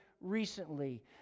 Recently